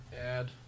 add